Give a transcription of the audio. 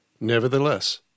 Nevertheless